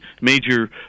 major